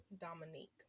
Dominique